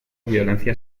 violencia